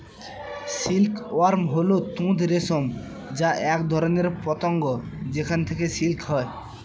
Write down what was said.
silk worm হল তুঁত রেশম যা এক ধরনের পতঙ্গ যেখান থেকে সিল্ক হয়